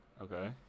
Okay